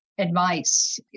Advice